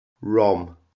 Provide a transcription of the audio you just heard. Rom